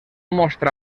mostra